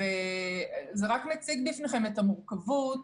וזה רק מציג בפניכם את המורכבות.